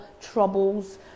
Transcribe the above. troubles